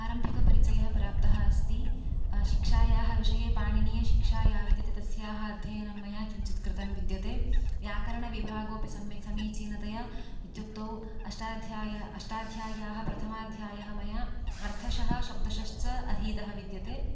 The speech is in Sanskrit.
प्रारम्भिकपरिचयः प्राप्तः अस्ति शिक्षायाः विषये पाणिनीयशिक्षाया विधिततस्याः मया अध्ययनं कृतं विद्यते व्याकरणविभागोपि समीचीनतया इत्युक्तौ अष्टाध्याय अष्टाध्याय्याः प्रथमाध्यायः मया अर्थशः शब्दशश्च अधीतः विद्यते